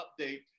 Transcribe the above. update